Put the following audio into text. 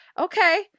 Okay